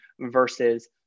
versus